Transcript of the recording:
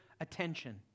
attention